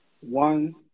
One